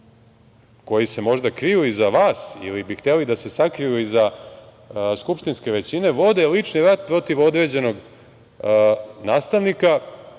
koji se možda kriju iza vas ili bi hteli da se sakriju iza skupštinske većine vode lični rat protiv određenog nastavnika